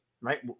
right